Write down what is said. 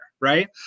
right